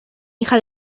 hija